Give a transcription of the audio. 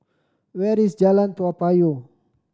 where is Jalan Toa Payoh